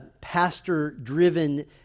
pastor-driven